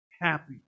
happy